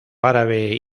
árabe